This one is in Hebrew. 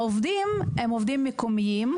העובדים הם עובדים מקומיים,